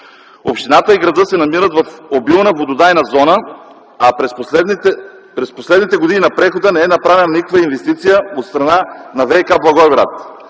Общината и градът се намират в обилна вододайна зона, а през последните години на прехода не е направена никаква инвестиция от страна на „ВиК” – Благоевград.